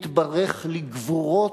מתברך לגבורות: